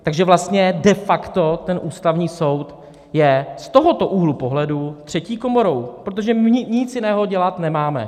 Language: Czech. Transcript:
Takže vlastně de facto je ten Ústavní soud z tohoto úhlu pohledu třetí komorou, protože my nic jiného dělat nemáme.